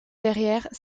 derrière